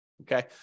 Okay